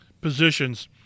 positions